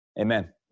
amen